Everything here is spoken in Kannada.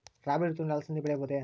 ರಾಭಿ ಋತುವಿನಲ್ಲಿ ಅಲಸಂದಿ ಬೆಳೆಯಬಹುದೆ?